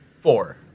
Four